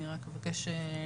אני רק אבקש להשיב.